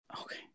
Okay